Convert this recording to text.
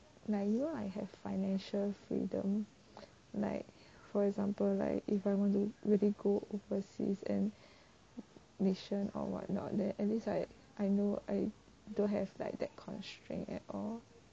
like you know I have financial freedom for example like if I want to really go overseas and mission or what not there at least like I know I don't have like that constraint at all